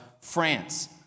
France